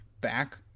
back